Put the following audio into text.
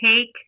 take